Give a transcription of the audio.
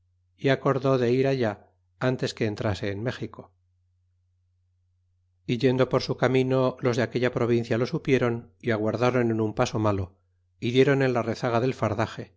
y acordó de ir allá antes que entrase en méxico é yendo por su camino los de aquella provincia lo supieron é aguardaron en un paso malo y dieron en la rezaga del fardaje